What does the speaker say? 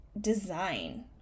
design